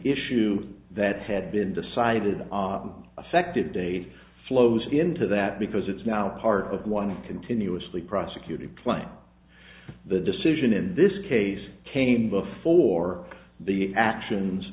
issue that had been decided on affected aid flows into that because it's now part of one of continuously prosecuted play the decision in this case came before the actions